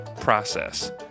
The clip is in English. process